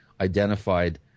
identified